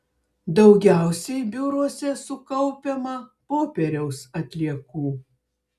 daugiausiai biuruose sukaupiama popieriaus atliekų